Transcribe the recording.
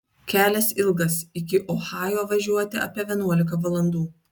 kelias ilgas iki ohajo važiuoti apie vienuolika valandų